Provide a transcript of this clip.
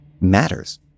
matters